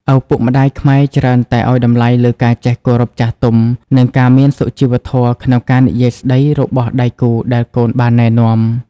ឪពុកម្ដាយខ្មែរច្រើនតែឱ្យតម្លៃលើការចេះគោរពចាស់ទុំ និងការមានសុជីវធម៌ក្នុងការនិយាយស្តីរបស់ដៃគូដែលកូនបានណែនាំ។